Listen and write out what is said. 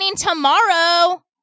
tomorrow